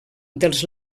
dels